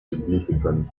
significant